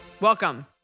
Welcome